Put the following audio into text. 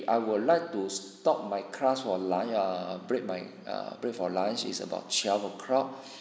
I would like to stop my class for lunch ah break my uh break for lunch is about twelve o'clock